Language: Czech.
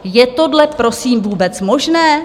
Je tohle, prosím, vůbec možné?